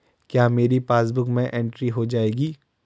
क्या मेरी पासबुक में एंट्री हो जाएगी?